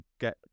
get